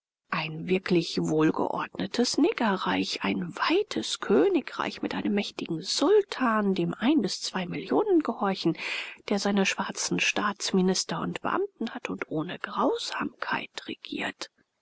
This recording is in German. ein wirklich wohlgeordnetes negerreich ein weites königreich mit einem mächtigen sultan dem ein bis zwei millionen gehorchen der seine schwarzen staatsminister und beamten hat und ohne grausamkeit regiert